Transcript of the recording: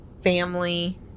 family